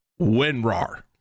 Winrar